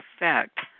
effect